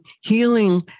healing